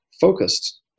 focused